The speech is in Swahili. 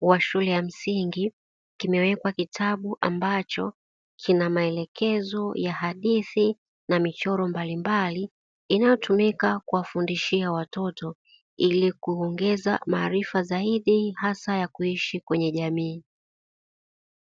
wa shule ya msingi kimewekwa kitabu ambacho kina maelekezo ya hadithi na michoro mbalimbali, inayotumika kuwafundishia watoto ili kuongeza maarifa zaidi hasa ya kuishi kwenye jamii.